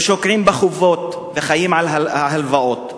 הם שוקעים בחובות וחיים על ההלוואות.